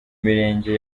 mirenge